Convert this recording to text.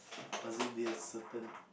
must it be a certain